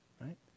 right